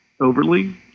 overly